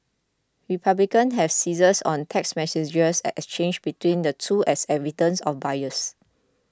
republicans have seized on text messages exchanged between the two as evidence of bias